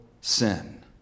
sin